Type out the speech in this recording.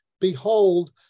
Behold